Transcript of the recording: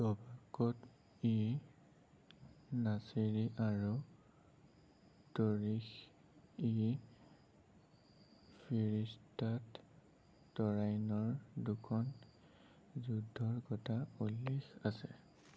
তবকত ই নাছিৰী আৰু তৰিখ ই ফৰিস্তাত তৰাইনৰ দুখন যুদ্ধৰ কথা উল্লেখ আছে